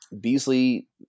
Beasley